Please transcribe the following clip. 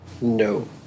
No